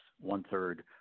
one-third